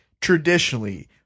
traditionally